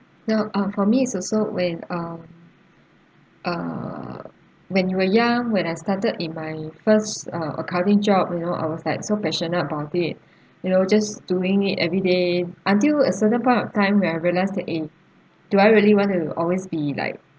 no uh for me it's also when um uh when you were young when I started in my first uh accounting job you know I was like so passionate about it you know just doing it every day until a certain point of time when I realise that eh do I really want to always be like